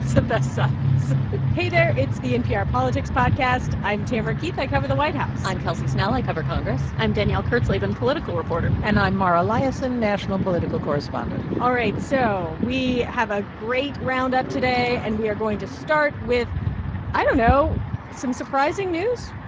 the best size hey there, it's the npr politics podcast. i'm tamara keith. i cover the white house i'm kelsey snell. i cover congress i'm danielle kurtzleben, political reporter and i'm mara liasson, national political correspondent all right. so we have a great roundup today. and we are going to start with i don't know some surprising news?